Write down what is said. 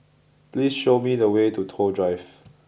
please show me the way to Toh Drive